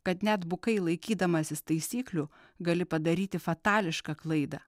kad net bukai laikydamasis taisyklių gali padaryti fatališką klaidą